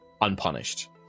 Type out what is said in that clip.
unpunished